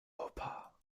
europa